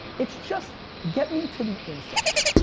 it's just get me to the insights,